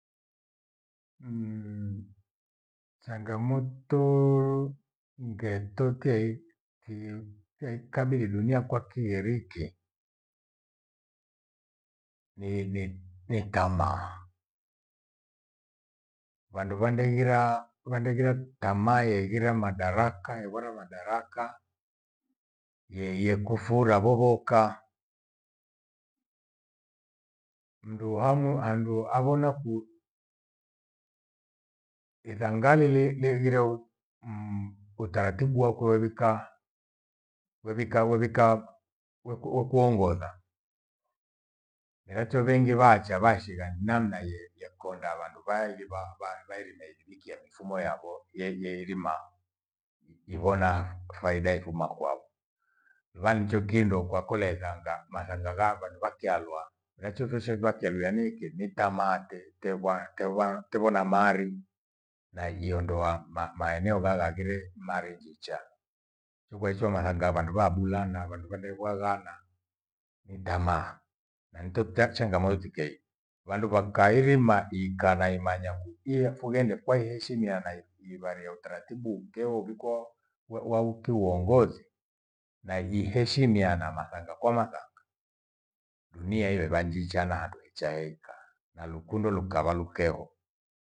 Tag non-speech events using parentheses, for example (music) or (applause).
(hesitation) Changamotoo ngetokie hi- highindu teikabili dunia kwakiheriki, ni- ni- nitamaa. Vandu vandengiraa vandengira tamaa yeghira madaraka, yevora madarakaa yeye kufura vovoka. Mndu hamu handu havona ku, ithanga nili- lighireu (hesitation) utaratibu wakuwevika wevika- wevika wekuongodha. Miracho vengi vaacha vashigha namna iye yekonda vandu vailiva vairime ijuwikia mifumo yavo yei- yeirima, ivona faida ifuma kwao. Vancho kindo kwa kwa kole ghanga mathanga gha vandu vyakyalwa. Miracho soshe ghwakeluya niiki ni tamaa te- teghwa teghwa tevo na mari na iondoa maeneo ghagha ghire mari njicha. Ikwaicho mathanga vandu vaabula na vandu vandeigwa ghana ni tamaa, na ndito tachangamoto tikeyi. Vandu vakahirima ikaa na imanya kukiafughende kwahiheshimiana ivarie utaratibu ukeho uvikwo wo waukiuoghothi na iheshimiana mathanga kwa mathanga dunia ire vanjicha na handu hencha he khaa na lukundo lukava lukeho